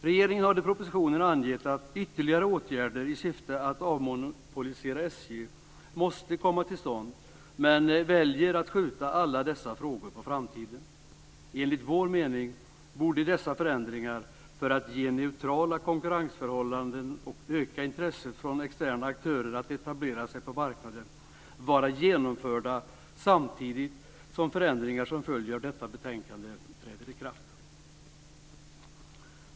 Regeringen har i propositionen angett att ytterligare åtgärder i syfte att avmonopolisera SJ måste komma till stånd, men väljer att skjuta alla dessa frågor på framtiden. Enligt vår mening borde dessa förändringar, för att ge neutrala konkurrensförhållanden och öka intresset från externa aktörer att etablera sig på marknaden, vara genomförda samtidigt som förändringar som följer av detta betänkande träder i kraft.